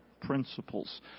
principles